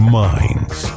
minds